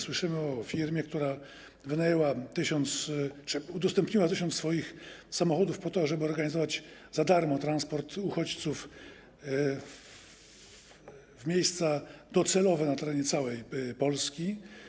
Słyszymy o firmie, która wynajęła czy udostępniła 1000 swoich samochodów po to, ażeby organizować za darmo transport uchodźców w miejsca docelowe na terenie całej Polski.